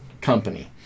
company